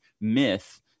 myth